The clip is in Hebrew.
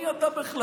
מי אתה בכלל?